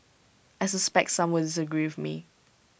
I suspect some will disagree with me